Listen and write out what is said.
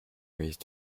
reese